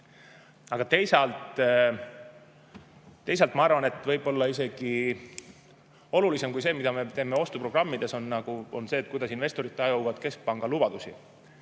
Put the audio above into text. Teisalt ma arvan, et võib-olla isegi olulisem kui see, mida me teeme ostuprogrammides, on see, kuidas investorid tajuvad keskpanga lubadusi.